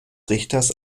richters